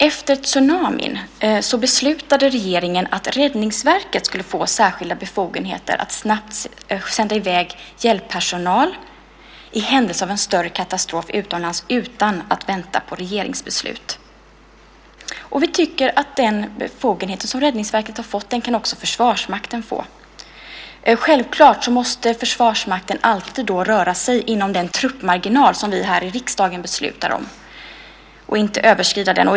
Efter tsunamin beslutade regeringen att Räddningsverket skulle få särskilda befogenheter att i händelse av en större katastrof utomlands snabbt sända i väg hjälppersonal utan att vänta på regeringsbeslut. Vi tycker att den befogenhet som Räddningsverket har fått kan också Försvarsmakten få. Självklart måste Försvarsmakten då alltid röra sig inom den truppmarginal som vi här i riksdagen beslutar om och inte överskrida den.